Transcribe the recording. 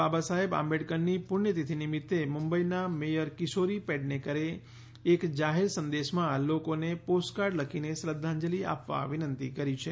બાબાસાહેબ આંબેડકરની પુણ્યતિથિ નિમિતે મ્રંબઈના મેયર કિશોરી પેડનેકરે એક જાહેર સંદેશમાં લોકોને પોસ્ટકાર્ડ લખીને શ્રધ્ધાંજલિ આપવા વિનંતી કરી છે